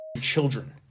children